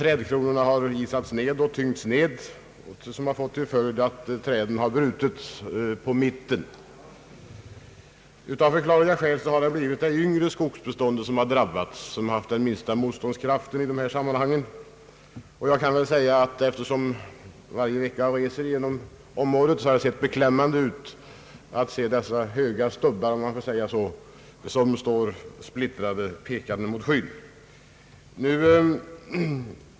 Trädkronorna isades ned, vilket fick till följd att träden bröts på mitten. Av förklarliga skäl har det yngre skogsbeståndet, som haft den minsta motståndskraften, drabbats mest. Eftersom jag varje vecka reser genom området kan jag säga att det ser beklämmande ut med dessa höga stubbar som pekar mot skyn.